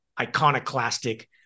iconoclastic